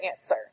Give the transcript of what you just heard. answer